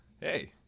Hey